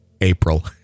April